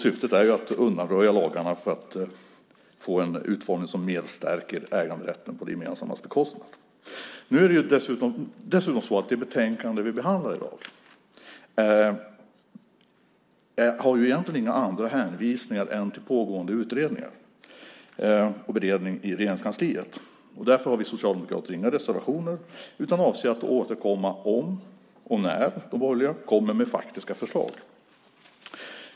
Syftet är att undanröja lagarna för att få en utformning som mer stärker äganderätten på det gemensammas bekostnad. I det betänkande som vi i dag behandlar finns det egentligen inga andra hänvisningar än hänvisningar till pågående utredningar och till beredningen i Regeringskansliet. Därför har vi socialdemokrater inga reservationer utan avser att återkomma om och i så fall när de borgerliga kommer med faktiska förslag.